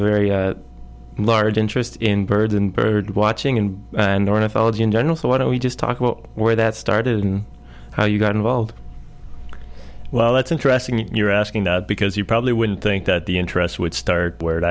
very large interest in birds and bird watching and and ornithology in general so why don't we just talk about where that started and how you got involved well it's interesting that you're asking that because you probably wouldn't think that the interest would start where it